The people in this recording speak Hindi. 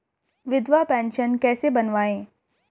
विधवा पेंशन कैसे बनवायें?